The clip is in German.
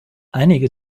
einige